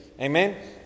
Amen